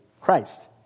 Christ